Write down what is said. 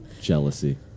Jealousy